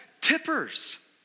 tippers